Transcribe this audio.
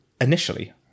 Initially